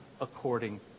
according